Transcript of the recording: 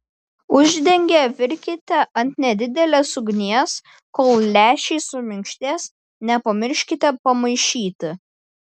uždengę virkite ant nedidelės ugnies kol lęšiai suminkštės nepamirškite pamaišyti